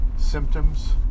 symptoms